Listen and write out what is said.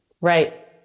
Right